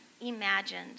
imagined